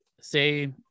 say